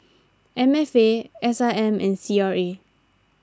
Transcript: M F A S I M and C R A